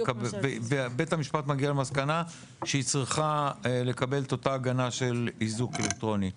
בית המשפט מגיע למסקנה שהיא צריכה לקבל את אותה הגנה של איזוק אלקטרוני.